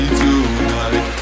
tonight